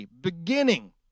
beginning